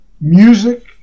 music